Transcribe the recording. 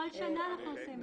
נכון, כל שנה אנחנו עושים את זה.